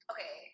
Okay